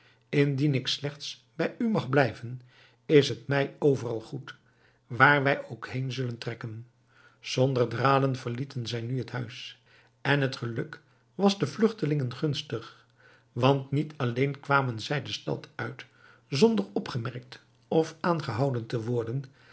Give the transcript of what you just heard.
indien ik slechts bij u mag blijven is het mij overal goed waar wij ook heên zullen trekken zonder dralen verlieten zij nu het huis en het geluk was den vlugtelingen gunstig want niet alleen kwamen zij de stad uit zonder opgemerkt of aangehouden te worden